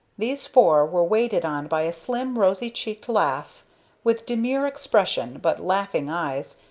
these four were waited on by a slim, rosy-cheeked lass, with demure expression but laughing eyes,